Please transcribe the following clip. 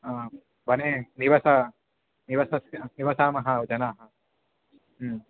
आम् वने निवस निवसामः जनाः